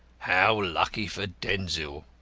how lucky for denzil!